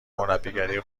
مربیگری